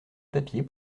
papier